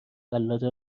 قلاده